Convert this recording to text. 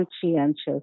conscientious